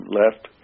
left